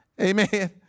Amen